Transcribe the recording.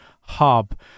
hub